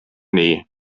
nii